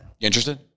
interested